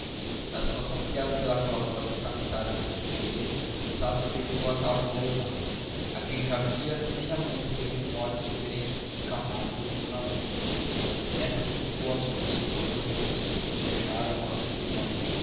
na situação criada pela cláusula testamentária do conselheiro estácio aceitou a causa da irmã a quem já via sem a conhecer com olhos diferentes dos de camargo e d úrsula esta comunicou ao sobrinho todas as impressões que lhe deixara o ato do irmão